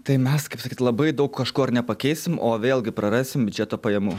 tai mes kaip sakyt labai daug kažko ir nepakeisim o vėlgi prarasim biudžeto pajamų